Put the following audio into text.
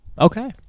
Okay